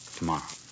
tomorrow